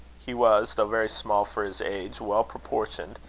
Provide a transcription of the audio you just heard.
he was, though very small for his age, well proportioned,